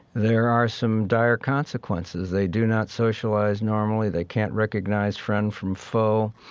there are some dire consequences. they do not socialize normally. they can't recognize friend from foe.